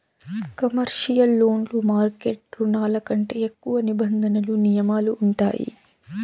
commercial లోన్లు market రుణాల కంటే ఎక్కువ నిబంధనలు నియమాలు ఉంటాయి